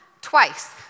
twice